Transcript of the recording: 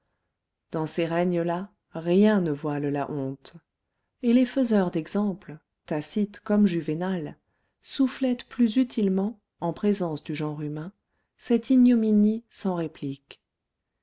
dans ces règnes là rien ne voile la honte et les faiseurs d'exemples tacite comme juvénal soufflettent plus utilement en présence du genre humain cette ignominie sans réplique